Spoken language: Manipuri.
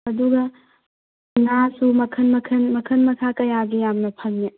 ꯑꯗꯨꯒ ꯉꯥꯁꯨ ꯃꯈꯜ ꯃꯈꯜ ꯃꯈꯜ ꯃꯈꯥ ꯀꯌꯥꯒꯤ ꯌꯥꯝꯅ ꯐꯪꯉꯦ